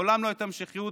מעולם לא הייתה המשכיות.